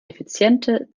effiziente